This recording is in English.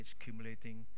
accumulating